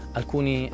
alcuni